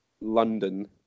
London